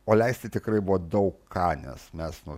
o leisti tikrai buvo daug ką nes mes nu